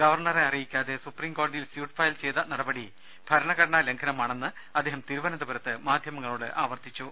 ഗവർണറെ അറിയിക്കാതെ സുപ്രീംകോടതിയിൽ സ്യൂട്ട് ഫയൽ ചെയ്ത നടപടി ഭരണഘടനാ ലംഘനമാണെന്ന് അദ്ദേഹം തിരുവനന്തപുരത്ത് മാധ്യമങ്ങളോട് പറഞ്ഞു